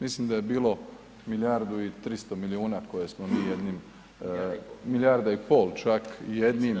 Mislim da je bilo milijardu i 300 milijuna koje smo mi jednim [[Upadica: Milijarda i pol]] milijarda i pol čak jednim